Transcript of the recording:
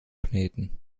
planeten